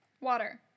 Water